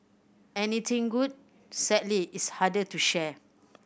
anything good sadly is harder to share